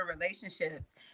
relationships